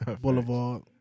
Boulevard